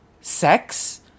sex